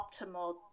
optimal